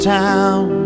town